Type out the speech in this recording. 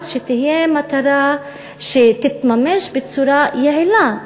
אז שתהיה מטרה שתתממש בצורה יעילה,